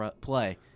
play